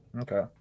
okay